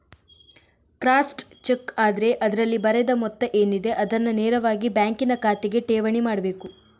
crossed cheque ಆದ್ರೆ ಅದ್ರಲ್ಲಿ ಬರೆದ ಮೊತ್ತ ಏನಿದೆ ಅದನ್ನ ನೇರವಾಗಿ ಬ್ಯಾಂಕಿನ ಖಾತೆಗೆ ಠೇವಣಿ ಮಾಡ್ಬೇಕು